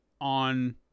on